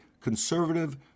conservative